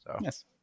Yes